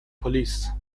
police